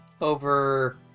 over